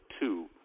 two